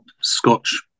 Scotch